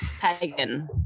pagan